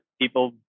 people